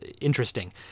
interesting